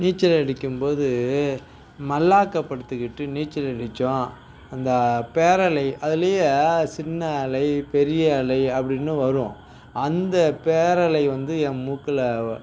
நீச்சல் அடிக்கும்போது மல்லாக்க படுத்துக்கிட்டு நீச்சல் அடிச்சோம் அந்த பேரலை அதிலயே சின்ன அலை பெரிய அலை அப்படின்னு வரும் அந்த பேரலை வந்து என் மூக்கில்